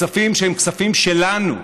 בכספים שהם כספים שלנו,